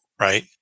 right